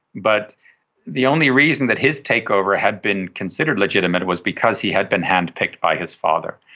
but the only reason that his takeover had been considered legitimate was because he had been hand-picked by his father.